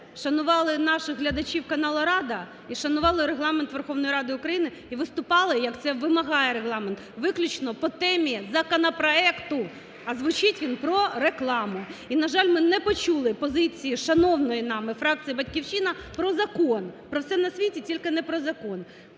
шанували наших глядачів каналу "Рада" і шанували Регламент Верховної Ради України, і виступали, як це вимагає Регламент, виключно по темі, а звучить він про рекламу. І, на жаль, ми не почули позиції шановної нами фракції "Батьківщина" про закон, про все на світі, тільки не про закон.